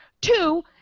Two